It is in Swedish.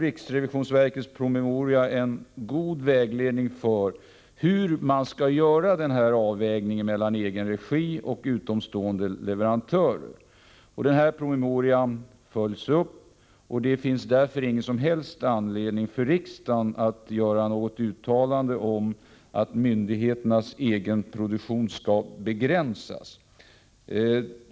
Riksrevisionsverkets promemoria är en god vägledning för hur man skall göra avvägningarna mellan egenregi och utomstående leverantörer. Promemorian följs upp. Det finns därför ingen som helst anledning för riksdagen att göra något uttalande om att myndigheternas egenproduktion skall begränsas.